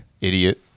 Idiot